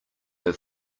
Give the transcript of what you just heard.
have